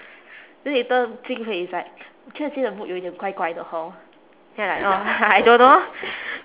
then later jing hui is like 我觉得今天的 mood 有一点怪怪的 hor then I like oh I don't know lor